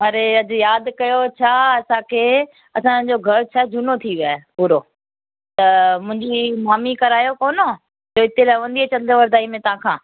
अरे अॼु यादि कयो छा असांखे असांजो घरु छा झूनो थी वियो आहे पूरो त मुंहिंजी मम्मी करायो कोन तूं इते रहंदी हुईंअ इतां खां